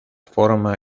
forma